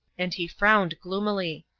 and he frowned gloomily.